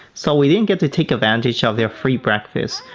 so we didn't get to take advantage of their free breakfast.